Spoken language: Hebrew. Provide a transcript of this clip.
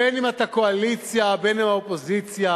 בין שאתה בקואליציה בין שאתה באופוזיציה,